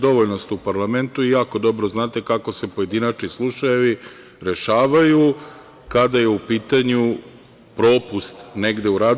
Dovoljno ste u parlamentu i jako dobro znate kako se pojedinačni slučajevi rešavaju kada je u pitanju propust negde u radu.